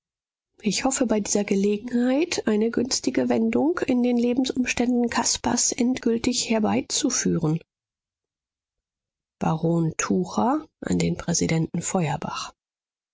ich hoffe bei dieser gelegenheit eine günstige wendung in den lebensumständen caspars endgültig herbeizuführen baron tucher an den präsidenten